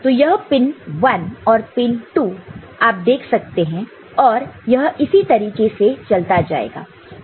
तो यह पिन 1 और पिन 2 और आप देख सकते हैं यह इसी तरीके से चलता जाएगा